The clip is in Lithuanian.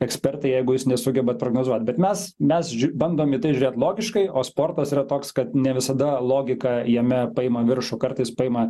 ekspertai jeigu jūs nesugebat prognozuot bet mes mes bandom į tai žiūrėt logiškai o sportas yra toks kad ne visada logika jame paima viršų kartais paima